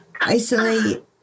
isolate